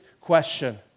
question